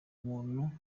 umuntu